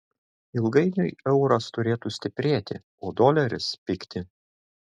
ilgainiui euras turėtų stiprėti o doleris pigti